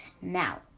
Now